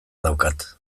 daukat